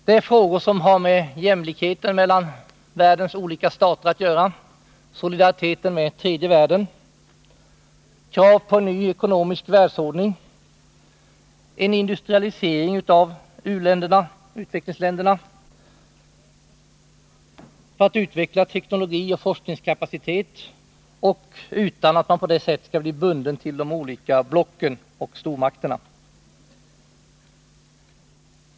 Det är frågor som har att göra med jämlikheten mellan världens olika stater, solidariteten med tredje världen, krav på en ny ekonomisk världsordning, industrialisering av utvecklingsländerna för att utveckla teknologi och forskningskapacitet, utan att de därigenom skulle bli bundna till de olika blocken och stormakterna.